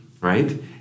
right